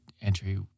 entry